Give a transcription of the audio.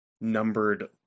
numbered